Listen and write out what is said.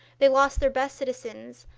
they lost their best citizens,